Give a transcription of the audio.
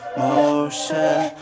motion